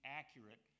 accurate